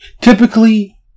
Typically